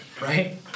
right